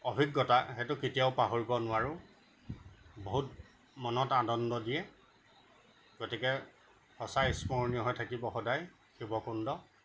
অভিজ্ঞতা সেইটো কেতিয়াও পাহৰিব নোৱাৰোঁ বহুত মনত আনন্দ দিয়ে গতিকে সঁচাই স্মৰণীয় হৈ থাকিব সদায় শিৱকুণ্ড